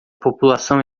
população